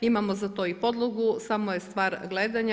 Imamo za to i podlogu, samo je stvar gledanja.